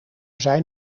zijn